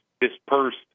dispersed